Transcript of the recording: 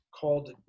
called